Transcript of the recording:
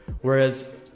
Whereas